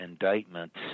indictments